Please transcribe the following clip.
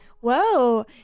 Whoa